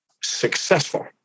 successful